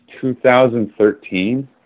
2013